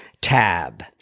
tab